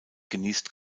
genießt